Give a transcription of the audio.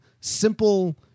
simple